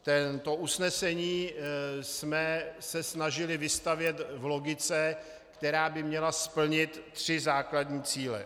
To usnesení jsme se snažili vystavět v logice, která by měla splnit tři základní cíle.